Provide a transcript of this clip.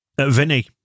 Vinny